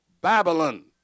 Babylon